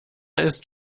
ist